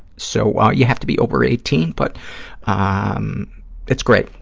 so, you have to be over eighteen, but ah um it's great.